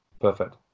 perfect